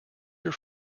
your